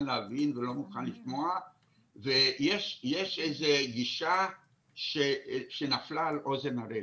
להבין ולא מוכן לשמוע ויש איזו גישה שנפלה על אוזן ערלה,